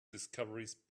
discoveries